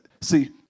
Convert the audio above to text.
see